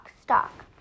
stock